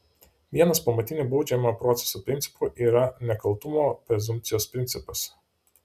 vienas pamatinių baudžiamojo proceso principų yra nekaltumo prezumpcijos principas